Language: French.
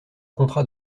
contrat